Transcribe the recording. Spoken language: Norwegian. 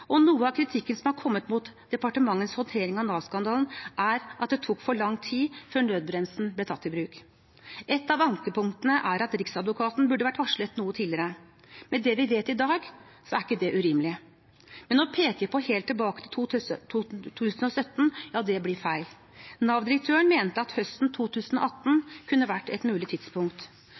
Noe av kritikken som har kommet mot departementets håndtering av Nav-skandalen, er at det tok for lang tid før nødbremsen ble tatt i bruk. Et av ankepunktene er at Riksadvokaten burde vært varslet noe tidligere. Med det vi vet i dag, er ikke det urimelig. Men å peke helt tilbake til 2017 blir feil. Nav-direktøren mente at høsten 2018 kunne vært et mulig tidspunkt.